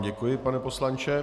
Děkuji vám, pane poslanče.